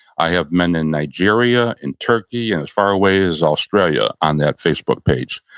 i have men in nigeria, in turkey, and as far away as australia on that facebook page.